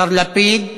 השר לפיד.